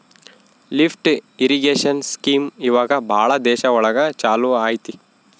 lift irrigation scheme ಇವಾಗ ಭಾಳ ದೇಶ ಒಳಗ ಚಾಲೂ ಅಯ್ತಿ